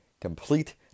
complete